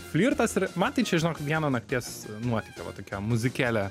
flirtas ir man tai čia žinok vieno nakties nuotykio va tokia muzikėlė